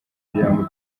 muryango